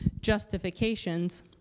justifications